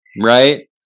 Right